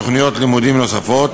תוכניות לימודים נוספות,